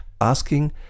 asking